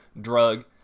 drug